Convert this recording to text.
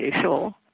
sure